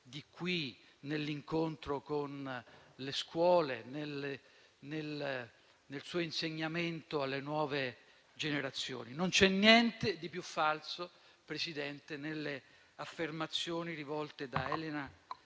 di qui, nell'incontro con le scuole e nel suo insegnamento alle nuove generazioni. Non c'è niente di più falso, Presidente, nelle affermazioni rivolte da Elena